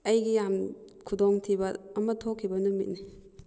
ꯑꯩꯒꯤ ꯌꯥꯝ ꯈꯨꯨꯗꯣꯡ ꯊꯤꯕ ꯑꯃ ꯊꯣꯛꯈꯤꯕ ꯅꯨꯃꯤꯠꯅꯤ